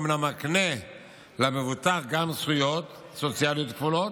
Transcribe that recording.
אומנם מקנה למבוטח גם זכויות סוציאליות כפולות,